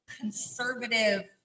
conservative